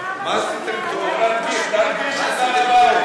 זכויות אדם,